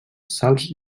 sals